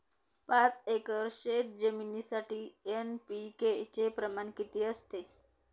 पाच एकर शेतजमिनीसाठी एन.पी.के चे प्रमाण किती असते?